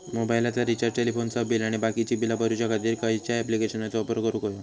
मोबाईलाचा रिचार्ज टेलिफोनाचा बिल आणि बाकीची बिला भरूच्या खातीर खयच्या ॲप्लिकेशनाचो वापर करूक होयो?